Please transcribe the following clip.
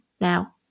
now